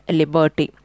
liberty